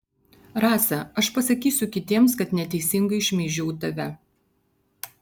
rasa aš pasakysiu kitiems kad neteisingai šmeižiau tave